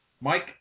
Mike